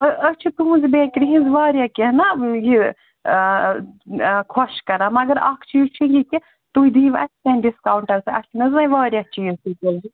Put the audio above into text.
أ أسۍ چھِ تُہٕنٛز بیکری ۂنٛز واریاہ کیٚنہہ نا یہِ خۄش کران مگر اَکھ چیٖز چھِ یِتہِ تُہۍ دِیُو اَسہِ کیٚنہہ ڈِسکاوُنٹ حظ اَسہِ چھِنہٕ حظ ؤنۍ واریاہ چیٖز تُلٕنۍ